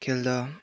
खेल्दा